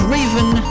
Raven